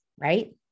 right